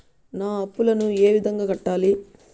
నా అప్పులను ఏ విధంగా కట్టాలి?